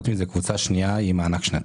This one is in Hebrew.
הקבוצה השנייה היא הקבוצה שמקבלת את המענק השנתי.